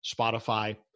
Spotify